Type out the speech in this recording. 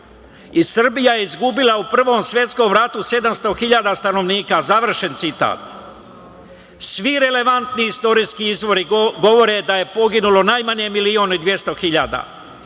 „Srbija je izgubila u Prvom svetskom ratu 700.000 stanovnika“, završen citat. Svi relevantni istorijski izvori govore da je poginulo najmanje 1,2 miliona i time se dr